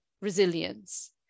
resilience